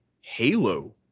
halo